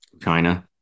china